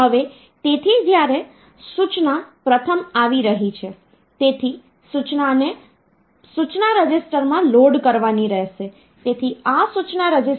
તેથી સામાન્ય રીતે જો આપણી પાસે આ આધાર મૂલ્ય b ની બરાબર હોય તો તેનો અર્થ એ છે કે નંબર સિસ્ટમમાં b શક્ય અંકો હશે